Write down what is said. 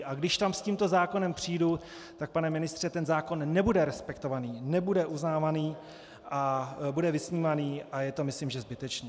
A když tam s tímhle zákonem přijdu, tak, pane ministře, ten zákon nebude respektovaný, nebude uznávaný, bude vysmívaný a je to myslím zbytečné.